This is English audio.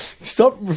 stop